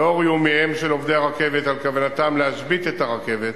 לנוכח איומיהם של עובדי הרכבת והודעתם על כוונתם להשבית את הרכבת,